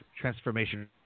Transformation